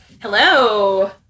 Hello